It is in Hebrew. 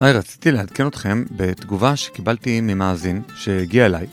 היי, רציתי לעדכן אתכם, בתגובה שקיבלתי ממאזין, שהגיעה אליי.